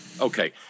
okay